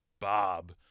bob